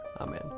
Amen